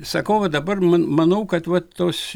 sakau va dabar man manau kad vat tos